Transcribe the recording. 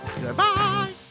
Goodbye